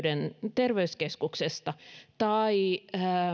terveyskeskuksesta tai